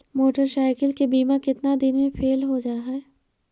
Motorcycle के बिमा केतना दिन मे फेल हो जा है?